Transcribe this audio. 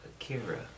Akira